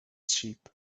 sheep